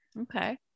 Okay